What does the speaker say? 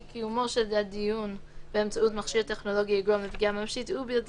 כי קיומו של הדיון באמצעות מכשיר טכנולוגי יגרום לפגיעה ממשית ובלתי